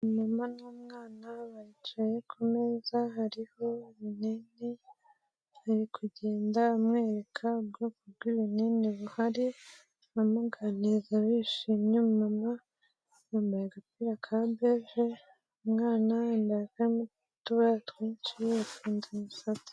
Umumama n'umwana baricaye kumeza, hariho ibinini ari kugenda amwereka ubwoko bw'ibinini buhari amuganiriza bishimye. umumama yambaye agapira ka beje, umwana yambaye akarimo utubara twinshi afunze amusatsi.